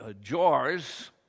jars